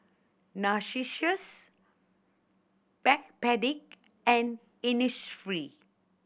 Narcissus Backpedic and Innisfree